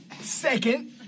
second